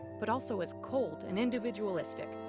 but also as cold and individualistic.